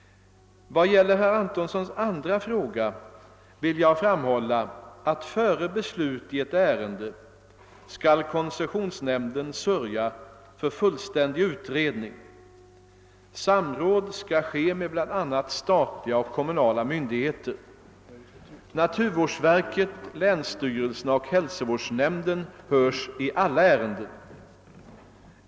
Vad gäller herr Antonssons andra fråga vill jag framhålla att före beslut i ett ärende skall koncessionsnämnden sörja för fullständig utredning. Samråd skall ske med bl.a. statliga och kommunala myndigheter. Naturvårdsverket, länsstyrelsen och hälsovårdsnämnden hörs i alla ärenden.